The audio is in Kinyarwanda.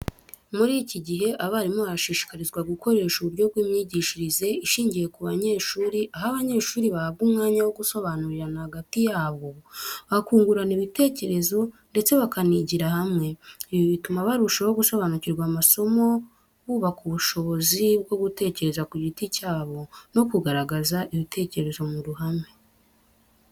Muri iki gihe, abarimu barashishikarizwa gukoresha uburyo bw'imyigishirize ishingiye ku banyeshuri, aho abanyeshuri bahabwa umwanya wo gusobanurirana hagati yabo, bakungurana ibitekerezo ndetse bakanigira hamwe. Ibi bituma barushaho gusobanukirwa amasomo, bubaka ubushobozi bwo gutekereza ku giti cyabo no kugaragaza ibitekerezo mu ruhame.